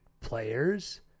players